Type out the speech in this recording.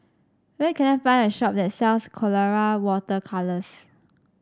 where can I find a shop that sells Colora Water Colours